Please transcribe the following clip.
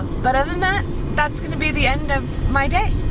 but other than that that's going to be the end of my day.